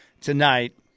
tonight